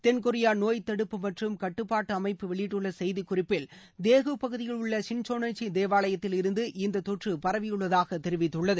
தென்கொரியா நோய் தடுப்பு மற்றும் கட்டுப்பாட்டு அமைப்பு வெளியிட்டுள்ள செய்திக்குறிப்பில் தேஹு பகுதியில் உள்ள சின்சோவிச்சி தேவாவயத்தில் இருந்து இந்த தொற்று பரவியுள்ளதாக தெரிவித்துள்ளது